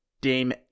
Dame